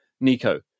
Nico